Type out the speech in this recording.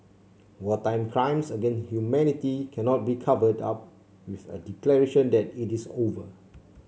wartime crimes against humanity cannot be covered up with a declaration that it is over